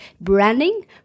branding